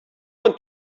want